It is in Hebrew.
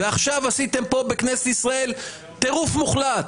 ועכשיו עשיתם פה בכנסת ישראל טירוף מוחלט,